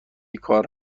کار